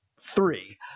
three